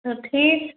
सब ठीक